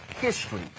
history